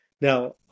Now